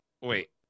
Wait